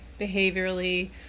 behaviorally